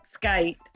Skype